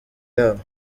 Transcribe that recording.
yabo